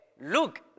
Look